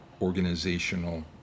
organizational